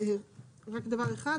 רק דבר אחד,